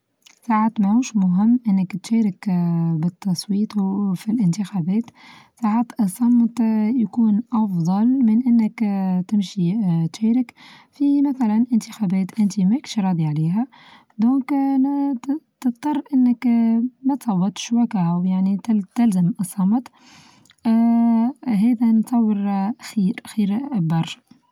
ساعات مهوش مهم أنك تشارك بالتصويت وفي الانتخابات ساعات الصمت يكون أفضل من أنك آآ تمشي آآ تشارك في مثلا إنتخابات أنت ماكش راضي عليها دوكا آآ تضطر إنك آآ متصوتش وكاهو يعني تل-تلزم الصمت آآ هذا نتصوره خير-خير برشا.